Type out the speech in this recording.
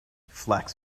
flax